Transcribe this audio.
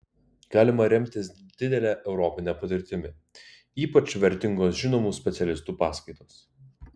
galima remtis didele europine patirtimi ypač vertingos žinomų specialistų paskaitos